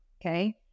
okay